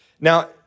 Now